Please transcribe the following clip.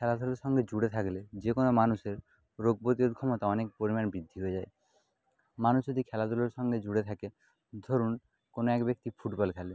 খেলাধুলার সঙ্গে জুড়ে থাকলে যে কোনো মানুষের রোগ প্রতিরোধ ক্ষমতা অনেক পরিমাণে বৃদ্ধি যায় মানুষ যদি খেলাধুলার সঙ্গে জুড়ে থাকে ধরুন কোনো এক ব্যক্তি ফুটবল খেলে